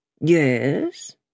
Yes